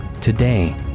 Today